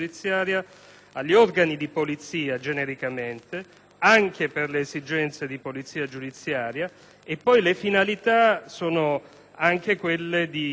anche per le esigenze di polizia giudiziaria e che le finalità possono essere anche di giustizia, di protezione civile e di tutela ambientale.